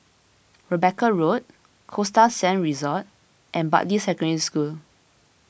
Rebecca Road Costa Sands Resort and Bartley Secondary School